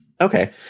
Okay